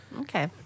Okay